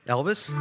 Elvis